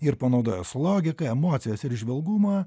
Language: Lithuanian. ir panaudojęs logiką emocijas ir įžvalgumą